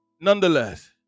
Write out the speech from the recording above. nonetheless